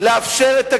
לאפשר את הגיור,